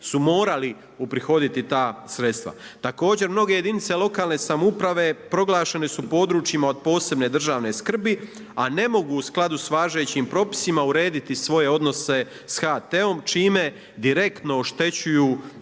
su morali uprihoditi ta sredstva. Također, mnoge jedinice lokalne samouprave proglašene su područjima od posebne državne skrbi a ne mogu u skladu sa važećim propisima urediti svoje odnose sa HT-om, čime direktno oštećuju znači,